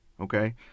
okay